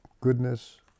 goodness